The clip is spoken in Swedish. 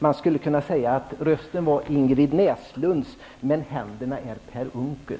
Man skulle kunna säga att rösten var Ingrid Näslunds, men händerna är Per